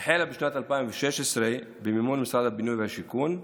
החלה בשנת 2016 במימון משרד הבינוי והשיכון.